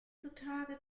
zutage